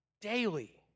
daily